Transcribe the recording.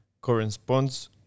corresponds